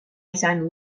izan